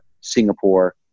Singapore